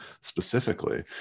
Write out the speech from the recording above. specifically